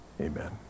Amen